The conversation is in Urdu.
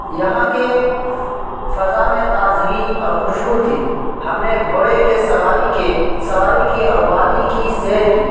یہاں کے فضا میں تازگی اور خوشبو تھی ہم نے گھوڑے کے سواری کے سواری کی اور وادی کی سیر کی